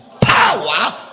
power